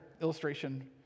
illustration